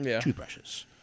toothbrushes